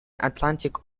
atlantic